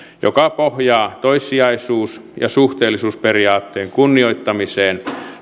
joka pohjaa toissijaisuus ja suhteellisuusperiaatteen kunnioittamiseen